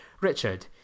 Richard